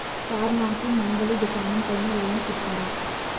Sir నాకు మంగలి దుకాణం పైన లోన్ ఇత్తరా?